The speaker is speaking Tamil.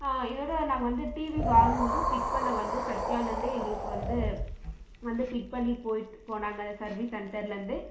இதோடு நாங்கள் வந்து டிவி வாங்கும் போது பிக் பண்ண வந்து சத்யாலேருந்தே எங்களுக்கு வந்து வந்து பிக் பண்ணிவிட்டு போயிட் போனாங்க சர்வீஸ் சென்டர்லேருந்து